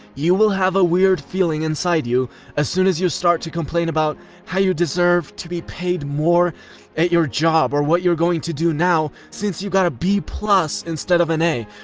you will have a weird feeling inside you as soon as you start to complain about how you deserve to be paid more at your job, or what you're going to do now since you got a b instead of an a,